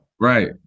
Right